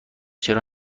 چرا